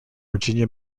virginia